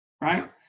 right